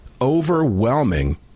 overwhelming